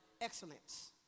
excellence